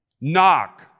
knock